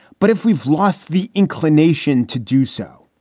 but if we've lost the inclination to do so,